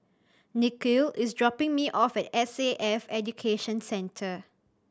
Nikhil is dropping me off at S A F Education Centre